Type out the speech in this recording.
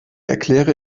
erkläre